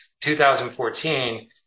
2014